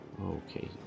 okay